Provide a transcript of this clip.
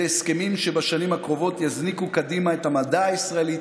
אלה הסכמים שבשנים הקרובות יזניקו קדימה את המדע הישראלי,